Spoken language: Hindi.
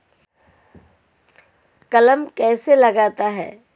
कलम कैसे लगाते हैं?